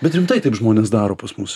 bet rimtai taip žmonės daro pas mus